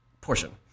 portion